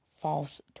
false